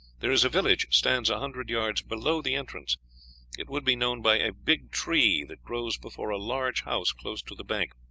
there is a village stands a hundred yards below the entrance it would be known by a big tree that grows before a large house close to the bank.